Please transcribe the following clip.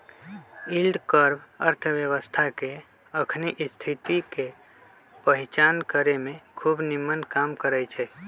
yield curve अर्थव्यवस्था के अखनी स्थिति के पहीचान करेमें खूब निम्मन काम करै छै